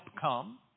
come